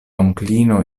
onklino